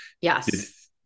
Yes